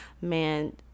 man